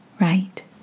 right